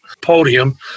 podium